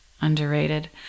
underrated